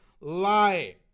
lie